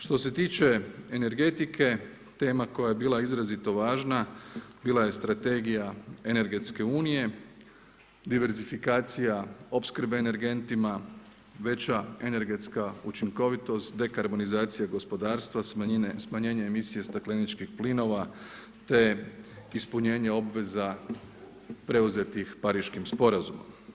Što se tiče energetike tema koja je bila izrazito važna bila je Strategija EU, diversifikacija opskrbe energentima, veća energetska učinkovitost, dekarbonizacija gospodarstva, smanjenje emisije stakleničkih plinova te ispunjenje obveza preuzetih Pariškim sporazumom.